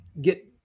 get –